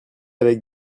avec